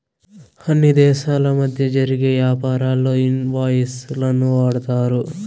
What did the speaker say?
అన్ని దేశాల మధ్య జరిగే యాపారాల్లో ఇన్ వాయిస్ లను వాడతారు